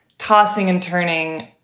tossing and turning.